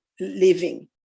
living